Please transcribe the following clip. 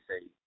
say